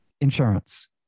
insurance